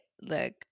look